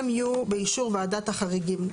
הם יהיו באישור ועדת החריגים.